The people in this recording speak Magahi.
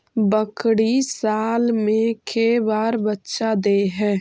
बकरी साल मे के बार बच्चा दे है?